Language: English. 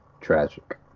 tragic